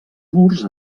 murs